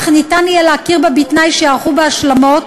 אך יהיה אפשר להכיר בה בתנאי שייערכו בה השלמות,